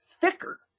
thicker